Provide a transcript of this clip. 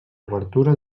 obertura